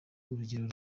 urugero